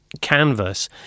canvas